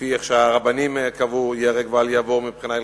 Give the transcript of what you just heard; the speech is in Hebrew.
כפי שהרבנים קבעו, ייהרג ואל יעבור מבחינה הלכתית,